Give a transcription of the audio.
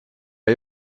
are